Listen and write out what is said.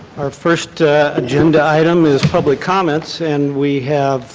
our first agenda item is public comments and we have